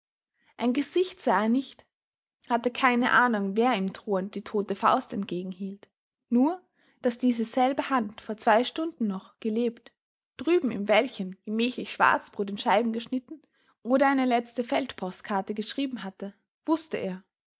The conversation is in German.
ein gesicht sah er nicht hatte keine ahnung wer ihm drohend die tote faust entgegenhielt nur daß diese selbe hand vor zwei stunden noch gelebt drüben im wäldchen gemächlich schwarzbrot in scheiben geschnitten oder eine letzte feldpostkarte geschrieben hatte wußte er